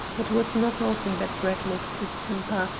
it was not often that brett lost his temper,